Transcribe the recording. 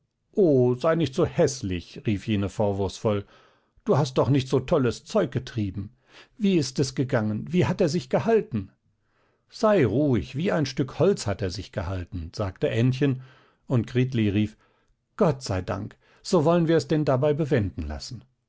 sei nicht so häßlich rief jene vorwurfsvoll du hast doch nicht so tolles zeug getrieben wie ist es gegangen wie hat er sich gehalten sei ruhig wie ein stück holz hat er sich gehalten sagte ännchen und gritli rief gott sei dank so wollen wir es denn dabei bewenden lassen